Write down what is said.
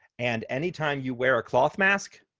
and anytime you wear a cloth mask,